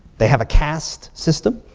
they have a caste system.